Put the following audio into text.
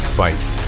fight